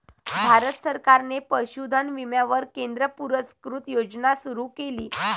भारत सरकारने पशुधन विम्यावर केंद्र पुरस्कृत योजना सुरू केली